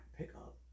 pickup